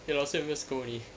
your 老师有没有 scold 你